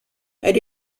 elle